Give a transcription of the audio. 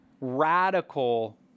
radical